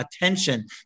attention